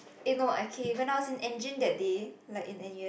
eh no okay when I was in engine that day like in N_U_S